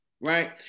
right